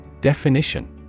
Definition